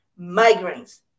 migraines